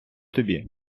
тобі